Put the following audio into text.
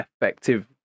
effective